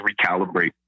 recalibrate